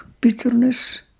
bitterness